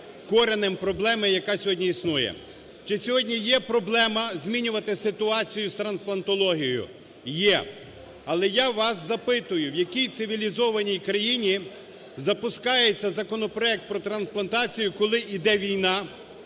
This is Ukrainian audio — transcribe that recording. коренем проблеми, яка сьогодні існує. Чи сьогодні є проблема змінювати ситуацію із трансплантологією? Є. Але я вас запитую, в якій цивілізованій країні запускається законопроект про трансплантацію, коли йде війна,